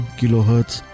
kilohertz